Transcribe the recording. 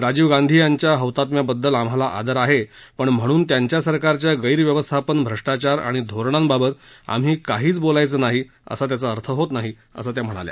राजीव गांधी यांच्या हौतात्म्याबद्दल आम्हाला आदर आहे पण म्हणून त्यांच्या सरकारच्या गैरव्यवस्थापन भ्रष्टाचार आणि धोरणांबाबत आम्ही काहीच बोलायचं नाही असा त्याचा अर्थ होत नाही असं त्या म्हणाल्या